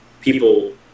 people